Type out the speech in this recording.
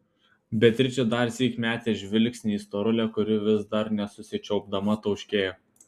beatričė darsyk metė žvilgsnį į storulę kuri vis dar nesusičiaupdama tauškėjo